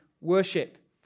worship